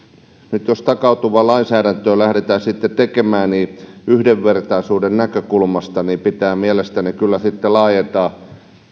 nyt jos takautuvaa lainsääntöä lähdetään tekemään niin yhdenvertaisuuden näkökulmasta pitää mielestäni kyllä laajentaa